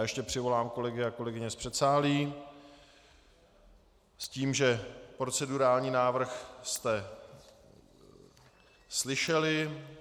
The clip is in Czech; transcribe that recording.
Ještě přivolám kolegy a kolegyně z předsálí, s tím že procedurální návrh jste slyšeli.